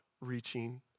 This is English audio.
reaching